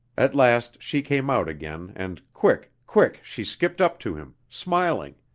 at last she came out again and quick, quick she skipped up to him, smiling,